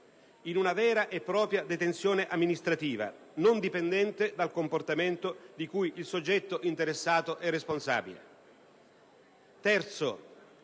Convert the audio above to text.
in una vera e propria detenzione amministrativa, non dipendente dal comportamento di cui il soggetto interessato è responsabile.